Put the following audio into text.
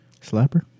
Slapper